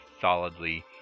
solidly